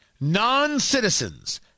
non-citizens